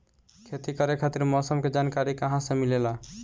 खेती करे खातिर मौसम के जानकारी कहाँसे मिलेला?